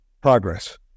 progress